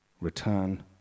Return